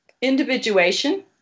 individuation